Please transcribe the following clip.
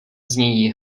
znějí